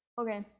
Okay